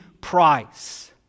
price